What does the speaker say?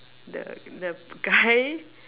the the guy